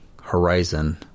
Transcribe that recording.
horizon